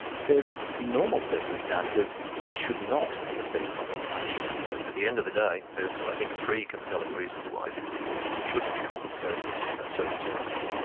says in normal circumstances they should not receive compensation. at the end of the day there's i think three compelling reasons why people shouldn't be compensated in those circumstances.